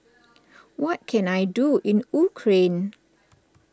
what can I do in Ukraine